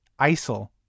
ISIL